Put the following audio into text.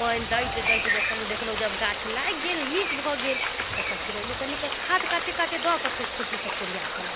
पानि दैत दैत जखन देखलहुँ जब गाछ लागि गेल नीक भऽ गेल तखन फेर ओहिमे कनिकऽ खाद काते काते दऽ कऽ फेर खुरपीसँ कोरिआ देलहुँ